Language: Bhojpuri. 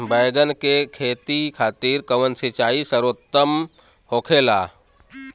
बैगन के खेती खातिर कवन सिचाई सर्वोतम होखेला?